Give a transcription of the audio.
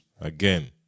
again